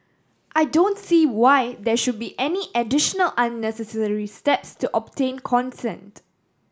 I don't see why there should be any additional unnecessary steps to obtain consent